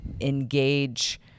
engage